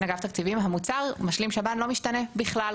המוצר משלים שב"ן לא משתנה בכלל,